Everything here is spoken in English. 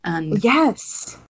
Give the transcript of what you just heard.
Yes